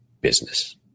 business